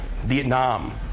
Vietnam